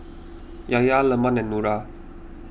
Yahya Leman and Nura